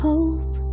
Hope